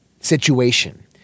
situation